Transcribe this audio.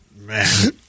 man